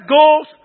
goals